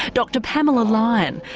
dr pamela lyon,